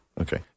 Okay